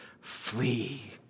flee